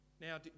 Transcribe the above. now